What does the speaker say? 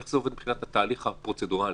איך זה עובד מבחינת התהליך הפרוצדורלי?